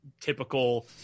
typical